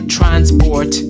Transport